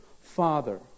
father